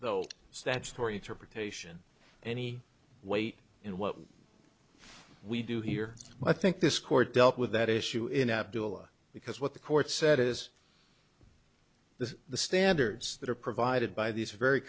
old statutory interpretation any weight in what we do here i think this court dealt with that issue in abdula because what the court said is this the standards that are provided by these